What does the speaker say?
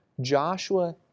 Joshua